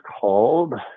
called